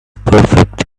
perfect